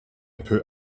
put